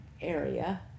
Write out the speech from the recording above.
area